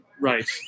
Right